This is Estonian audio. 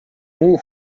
muu